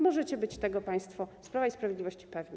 Możecie być tego państwo z Prawa i Sprawiedliwości pewni.